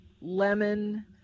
lemon